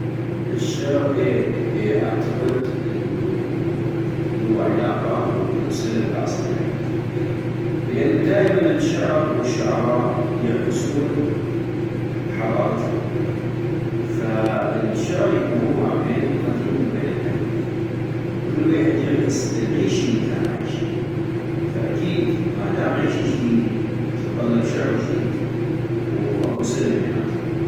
الشعر اي اي، اعتقد انو لوا علاقة او بينو صلة بالعصر الحديث لانو دائما الشعر والشعراء يعكسون حضارتم، فالشعر يتنوع بين القديم وبين الحديث وكل ويحد يعكس العيشي الي كانو عيشينا - فأكيد ما دام عيشي جديدي تطلب شعر جديد، واكو صلة بيناتم